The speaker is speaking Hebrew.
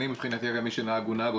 אני מבחינתי מי שנהג הוא נהג,